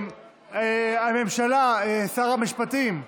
הממשלה, שר המשפטים?